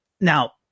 now